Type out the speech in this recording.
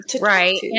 right